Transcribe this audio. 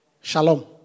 Shalom